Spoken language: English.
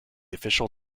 official